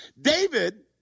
David